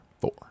four